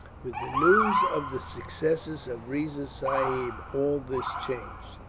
with the news of the successes of riza sahib, all this changed.